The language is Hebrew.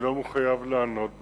ואני לא מחויב לענות עליה,